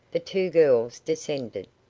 the two girls descended,